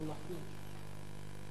הכנסת